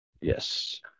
Yes